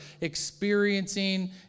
experiencing